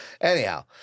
Anyhow